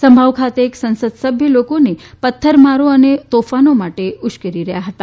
સમભાવ ખાતે એક સાંસદસભ્ય લોકોને પથ્થરમારા અને તોફાનો માટે ઉશ્કેરી રહ્યા હતા